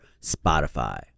Spotify